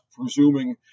presuming